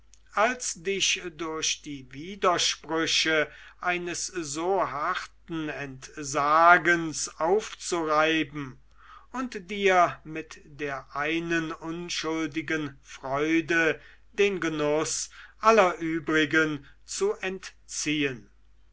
als dich durch die widersprüche eines so harten entsagens aufzureiben und dir mit der einen unschuldigen freude den genuß aller übrigen zu entziehen